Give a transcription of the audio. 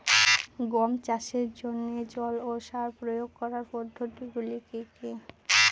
গম চাষের জন্যে জল ও সার প্রয়োগ করার পদ্ধতি গুলো কি কী?